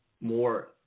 more